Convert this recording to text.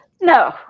No